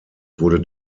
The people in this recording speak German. wurde